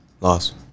Loss